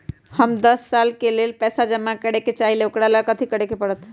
हम दस साल के लेल पैसा जमा करे के चाहईले, ओकरा ला कथि करे के परत?